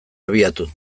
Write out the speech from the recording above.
abiatu